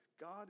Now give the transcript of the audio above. God